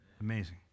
Amazing